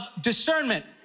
discernment